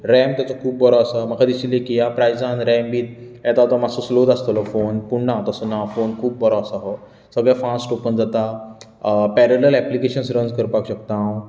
RAM ताचो खूब बरो आसा म्हाका दिशिल्लें की ह्या प्रायसान रॅम बीन येता तो मात्सो असो स्लोत आसतलो फोन पूण ना तसो ना फोन खूब बरो आसा हो सगळें फास्ट ओपन जाता पॅरलल एप्लीकेशन्स रन करपाक शकता हांव